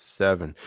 seven